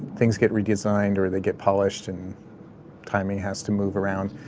things get redesigned or they get polished and timing has to move around,